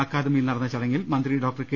അക്കാദമിയിൽ നടന്ന ചടങ്ങിൽ മന്ത്രി ഡോക്ടർ കെ